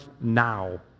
now